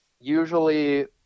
usually